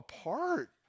apart